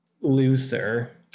looser